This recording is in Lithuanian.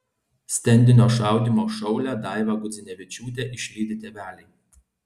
stendinio šaudymo šaulę daivą gudzinevičiūtę išlydi tėveliai